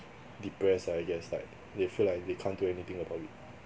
depressed lah I guess like they feel like they can't do anything about it